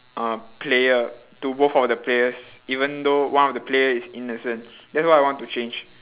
uh player to both of the players even though one of the player is innocent that's why I want to change